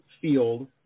field